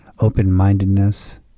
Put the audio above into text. open-mindedness